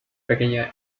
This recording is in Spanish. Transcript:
pequeña